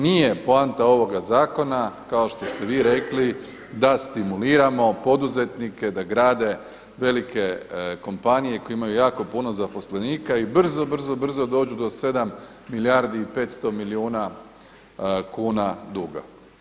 Nije poanta ovoga zakona kao što ste vi rekli da stimuliramo poduzetnike da grade velike kompanije koje imaju jako puno zaposlenika i brzo, brzo dođu do 7 milijardi i 500 milijuna kuna duga.